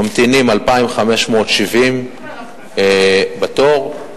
וממתינים 2,570 בתור.